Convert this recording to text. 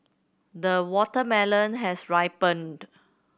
the watermelon has ripened